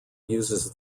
uses